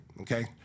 Okay